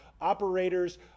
operators